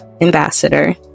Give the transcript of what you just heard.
ambassador